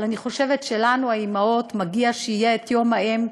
אבל אני חושבת שלנו האימהות מגיע שיהיה יום האם,